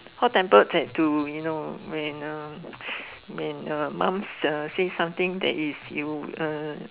hot tempered that to you know when uh when uh mom uh say something that is you uh